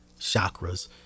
chakras